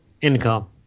income